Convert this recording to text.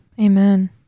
Amen